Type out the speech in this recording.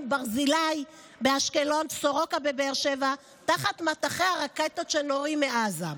ברזילי באשקלון וסורוקה בבאר שבע תחת מטחי הרקטות שנורים מעזה.